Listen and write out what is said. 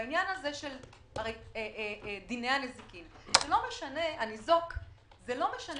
בעניין דיני הנזיקין לניזוק לא משנה